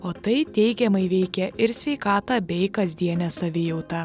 o tai teigiamai veikia ir sveikatą bei kasdienę savijautą